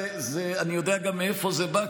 אני יודע גם מאיפה זה בא,